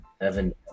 Evan